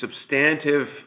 substantive